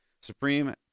Supreme